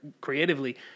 creatively